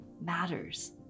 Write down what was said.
matters